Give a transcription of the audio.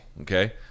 Okay